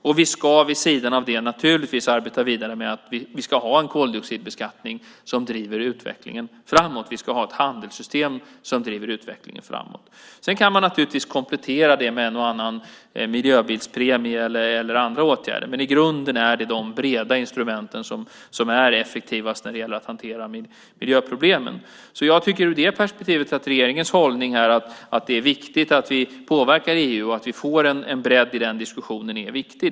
Och vi ska vid sidan av detta naturligtvis arbeta vidare med att vi ska ha en koldioxidbeskattning som driver utvecklingen framåt. Vi ska ha ett handelssystem som driver utvecklingen framåt. Sedan kan man naturligtvis komplettera det med en och annan miljöbilspremie eller andra åtgärder, men i grunden är det de breda instrumenten som är effektivast när det gäller att hantera miljöproblemen. Ur det perspektivet tycker jag att regeringens hållning, att det är viktigt att vi påverkar EU och att vi får en bredd i den diskussionen, är viktig.